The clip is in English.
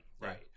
right